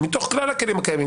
מתוך כלל הכלים הקיימים,